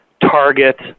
Target